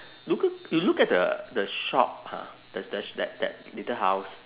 look you look at the the shop ha there's the that that little house